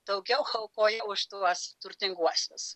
daugiau aukoja už tuos turtinguosius